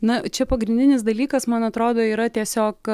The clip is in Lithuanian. na čia pagrindinis dalykas man atrodo yra tiesiog